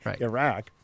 Iraq